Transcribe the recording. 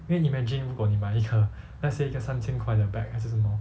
因为 imagine 如果你买一个 let's say 一个三千块的 bag 还是什么